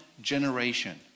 generation